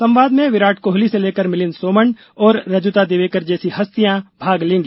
संवाद में विराट कोहली से लेकर मिलिंद सोमन और रुजुता दिवेकर जैसी हस्तियां भाग लेंगी